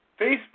Facebook